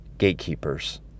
gatekeepers